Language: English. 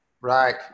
Right